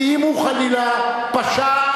ואם הוא חלילה פשע,